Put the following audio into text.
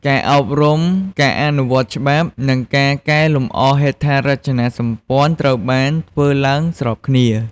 ការអប់រំ ការអនុវត្តច្បាប់ និងការកែលម្អហេដ្ឋារចនាសម្ព័ន្ធត្រូវបានធ្វើឡើងស្របគ្នា។